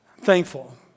Thankful